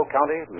County